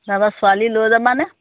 তাৰপৰা ছোৱালী লৈ যাবানে